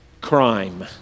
crime